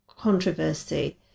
controversy